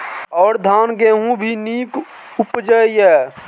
और धान गेहूँ भी निक उपजे ईय?